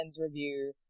review